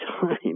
time